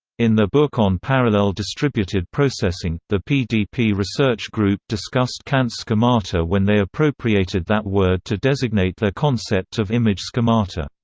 in their book on parallel distributed processing, the pdp research group discussed kant's schemata when they appropriated that word to designate their concept of image schemata.